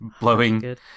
Blowing